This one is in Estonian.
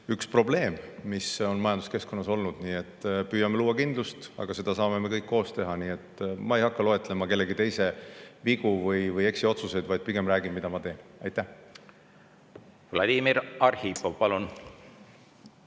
üks probleeme, mis on majanduskeskkonnas olnud. Me püüame luua kindlust, aga seda saame me teha kõik koos. Nii et ma ei hakka loetlema kellegi teise vigu või eksiotsuseid, vaid pigem räägin, mida mina teen. Aitäh! Mina üldiselt